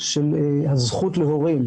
של הזכות להורים.